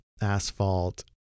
asphalt